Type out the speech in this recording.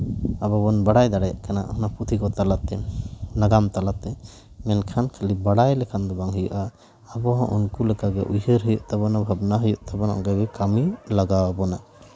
ᱟᱵᱚ ᱵᱚᱱ ᱵᱟᱲᱟᱭ ᱫᱟᱲᱮᱭᱟᱜᱼᱟ ᱠᱟᱱᱟ ᱚᱱᱟ ᱯᱩᱛᱷᱤ ᱠᱚ ᱛᱟᱞᱟᱛᱮ ᱱᱟᱜᱟᱢ ᱛᱟᱞᱟᱛᱮ ᱢᱮᱱᱠᱷᱟᱱ ᱠᱷᱟᱹᱞᱤ ᱵᱟᱲᱟᱭ ᱞᱮᱠᱷᱟᱱ ᱫᱚ ᱵᱟᱝ ᱦᱩᱭᱩᱜᱼᱟ ᱟᱵᱚᱦᱚᱸ ᱩᱱᱠᱩ ᱞᱮᱠᱟᱜᱮ ᱩᱭᱦᱟᱹᱨ ᱦᱩᱭᱩᱜ ᱛᱟᱵᱚᱱᱟ ᱵᱷᱟᱵᱽᱱᱟ ᱦᱩᱭᱩᱜ ᱛᱟᱵᱚᱱᱟ ᱚᱱᱠᱟᱜᱮ ᱠᱟᱹᱢᱤ ᱞᱟᱜᱟᱣ ᱵᱚᱱᱟ